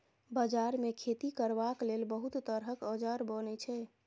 बजार मे खेती करबाक लेल बहुत तरहक औजार बनई छै